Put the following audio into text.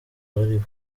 bariho